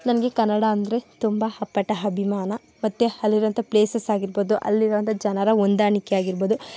ನನಗೆ ಕನ್ನಡ ಅಂದರೆ ತುಂಬ ಅಪ್ಪಟ ಅಭಿಮಾನ ಮತ್ತು ಅಲ್ಲಿರೊ ಅಂಥ ಪ್ಲೇಸಸ್ ಆಗಿರ್ಬೊದು ಅಲ್ಲಿರೊ ಅಂಥ ಜನರ ಹೊಂದಾಣಿಕೆ ಆಗಿರ್ಬೊದು